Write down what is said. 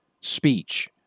speech